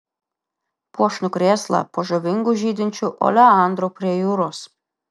puošnų krėslą po žavingu žydinčiu oleandru prie jūros